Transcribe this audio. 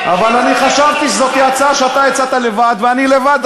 אבל אני חשבתי שזאת הצעה שהצעת לבד ואני לבד,